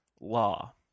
law